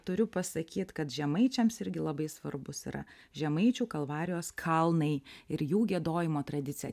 turiu pasakyt kad žemaičiams irgi labai svarbūs yra žemaičių kalvarijos kalnai ir jų giedojimo tradicija